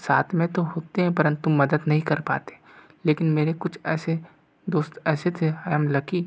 साथ में तो होते हैं परंतु मदद नहीं कर पाते लेकिन मेरे कुछ ऐसे दोस्त ऐसे थे आई एम लकी